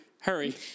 Hurry